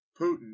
Putin